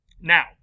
now